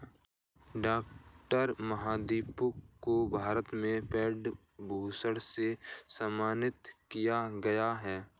doctor Mahadevappa को भारत में पद्म भूषण से सम्मानित किया गया है